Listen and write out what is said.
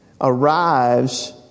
arrives